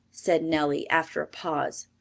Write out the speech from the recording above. said nellie, after a pause.